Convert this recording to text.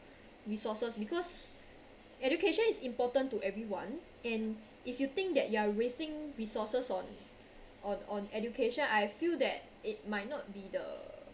resources because education is important to everyone in if you think that you are wasting resources on on on education I feel that it might not be the